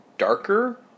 darker